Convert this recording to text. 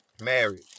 Married